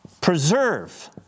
preserve